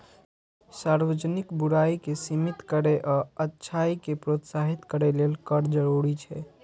सार्वजनिक बुराइ कें सीमित करै आ अच्छाइ कें प्रोत्साहित करै लेल कर जरूरी छै